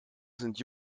sind